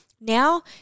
Now